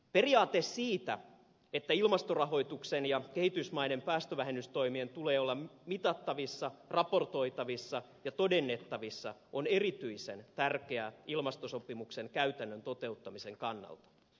periaate siitä että ilmastorahoituksen ja kehitysmaiden päästövähennystoimien tulee olla mitattavissa raportoitavissa ja todennettavissa on erityisen tärkeä ilmastosopimuksen käytännön toteuttamisen kannalta